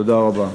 תודה רבה.